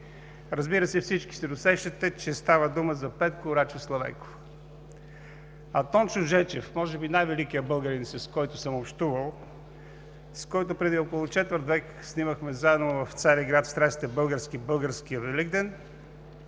Разбира се, всички се досещате, че става дума за Петко Рачев Славейков. А Тончо Жечев, може би най-великият българин, с който съм общувал, с който преди около четвърт век снимахме заедно в Цариград „Страстите български – българският Великден“,